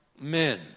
men